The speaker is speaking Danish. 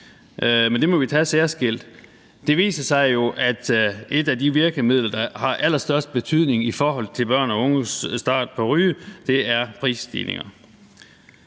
Det viser sig jo, at et af de virkemidler, der har allerstørst betydning i forhold til børn og unges start på at ryge, er prisstigninger.